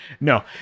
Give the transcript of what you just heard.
No